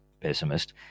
pessimist